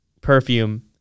perfume